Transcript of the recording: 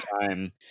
time